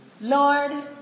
Lord